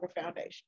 foundation